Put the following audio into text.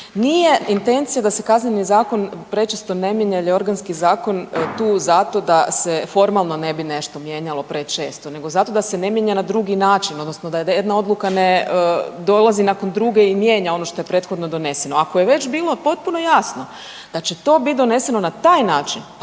Nije intencija da se Kazneni zakon prečesto ne mijenja jer je organski zakon tu zato da se formalno ne bi nešto mijenjalo prečesto nego da se ne mijenja na drugi način odnosno da jedna odluka ne dolazi nakon druge i mijenja ono što je prethodno doneseno. Ako je već bilo potpuno jasno da će to bit doneseno na taj način,